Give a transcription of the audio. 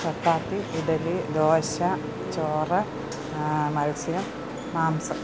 ചപ്പാത്തി ഇഡ്ഡലി ദോശ ചോറ് മത്സ്യം മാംസം